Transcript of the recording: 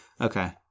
okay